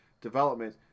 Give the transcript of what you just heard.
Development